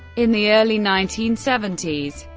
in the early nineteen seventy s,